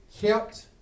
Kept